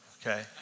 okay